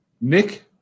Nick